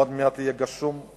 עוד מעט יהיה גשום,